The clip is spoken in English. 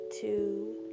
two